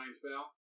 spell